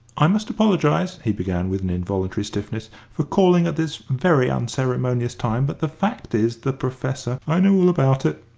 i must apologise, he began, with an involuntary stiffness, for calling at this very unceremonious time but the fact is, the professor i know all about it,